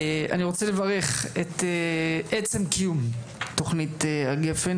אני רוצה לברך את עצם קיומה של תוכנית גפ"ן